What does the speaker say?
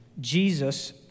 Jesus